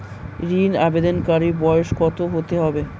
ঋন আবেদনকারী বয়স কত হতে হবে?